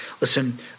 Listen